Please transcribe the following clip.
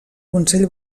consell